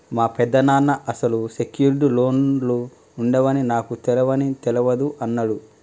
మా పెదనాన్న అసలు సెక్యూర్డ్ లోన్లు ఉండవని నాకు తెలవని తెలవదు అన్నడు